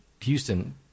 Houston